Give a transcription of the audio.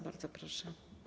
Bardzo proszę.